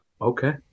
Okay